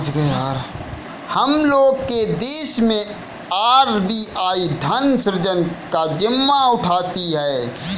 हम लोग के देश मैं आर.बी.आई धन सृजन का जिम्मा उठाती है